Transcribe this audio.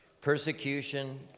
Persecution